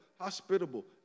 hospitable